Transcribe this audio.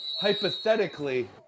hypothetically